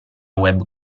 web